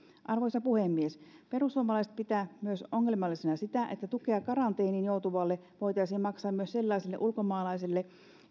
arvoisa puhemies perussuomalaiset pitää myös ongelmallisena sitä että tukea karanteeniin joutuvalle voitaisiin maksaa myös sellaiselle ulkomaalaiselle